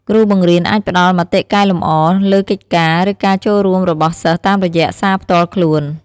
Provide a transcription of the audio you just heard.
គ្រូបង្រៀនអាចផ្តល់ មតិកែលម្អ លើកិច្ចការ ឬការចូលរួមរបស់សិស្សតាមរយៈសារផ្ទាល់ខ្លួន។